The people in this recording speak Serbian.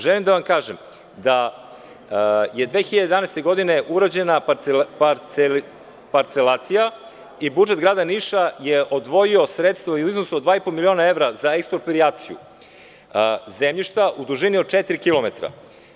Želim da vam kažem da je 2011. godine urađena parcelacija i budžet Grada Niša je odvojio sredstva u iznosu od 2,5 miliona evra za eksproprijaciju zemljišta u dužini od četiri kilometra.